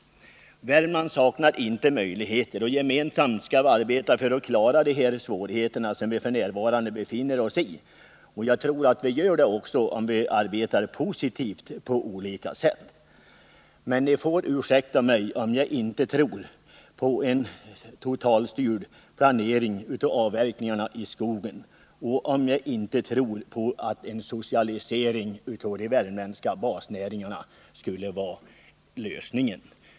Värmland saknar inte möjligheter, och gemensamt skall vi arbeta för att klara av de svårigheter som vi f. n. befinner oss i. Jag tror också att vi gör det om vi arbetar positivt på olika sätt. Men ni socialdemokrater och vpk-are får ursäkta mig om jag inte tror på en totalstyrd planering av avverkningarna i skogen och om jag inte tror på att en socialisering av de värmländska basnäringarna skulle vara lösningen.